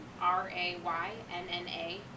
R-A-Y-N-N-A